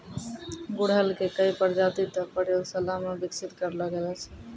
गुड़हल के कई प्रजाति तॅ प्रयोगशाला मॅ विकसित करलो गेलो छै